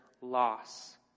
loss